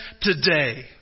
today